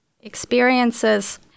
experiences